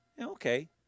Okay